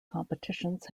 competitions